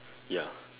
ya